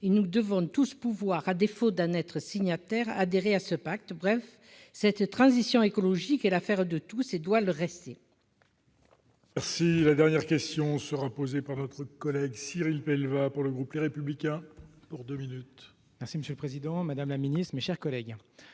nous devons tous pouvoir à défaut d'un être signataire adhérer à ce pacte, bref cette transition écologique et l'affaire de tous et doit le rester. Merci la dernière question sera posée par votre collègue Cyril va pour le groupe, les républicains pour 2 minutes. Merci Monsieur le Président, Madame la Ministre, mes chers collègues,